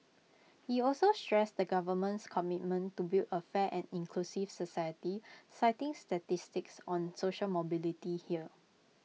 he also stressed the government's commitment to build A fair and inclusive society citing statistics on social mobility here